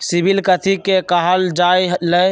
CIBIL कथि के काहल जा लई?